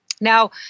Now